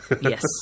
Yes